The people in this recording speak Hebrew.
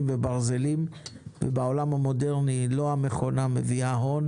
וברזלים ובעולם המודרני לא המכונה מביאה הון.